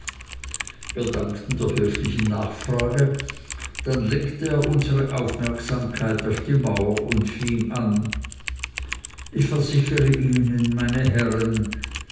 wir dankten der höflichen nachfrage dann lenkte er unsere aufmerksamkeit auf die mauer und fing an ich versichere ihnen meine herren